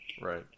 right